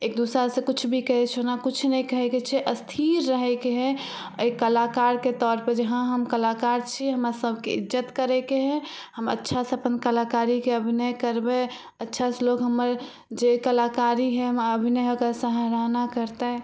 एक दोसरासँ किछु भी कहय छै ओना किछु नहि कहयके छै स्थिर रहयके हइ एक कलाकारके तौरपर जे हँ हम कलाकार छी हमरा सबके इज्जत करयके हइ हम अच्छासँ अपन कलाकारीके अभिनय करबय अच्छासँ लोग हमर जे कलाकारी हइ हमरा अभिनय हइ ओकरा सराहना करतै